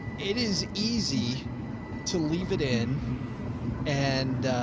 it is easy to leave it in and,